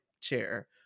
chair